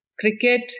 cricket